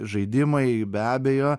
žaidimai be abejo